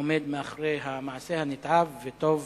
עומד מאחורי המעשה הנתעב, וטוב